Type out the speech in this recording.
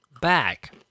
back